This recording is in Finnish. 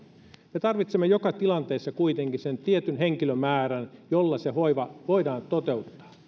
me tarvitsemme joka tilanteessa kuitenkin sen tietyn henkilömäärän jolla hoiva voidaan toteuttaa